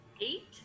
Eight